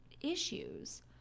issues